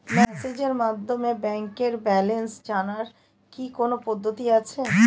মেসেজের মাধ্যমে ব্যাংকের ব্যালেন্স জানার কি কোন পদ্ধতি আছে?